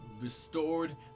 Restored